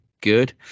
good